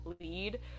lead